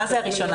מה זה הראשונה?